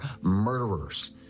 murderers